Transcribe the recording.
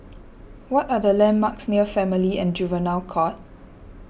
what are the landmarks near Family and Juvenile Court